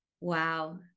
Wow